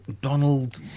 Donald